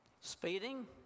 Speeding